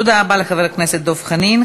תודה רבה לחבר הכנסת דב חנין.